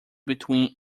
between